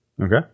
Okay